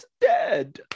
dead